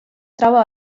troba